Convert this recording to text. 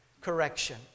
correction